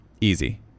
easy